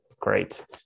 Great